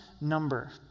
number